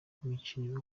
imikino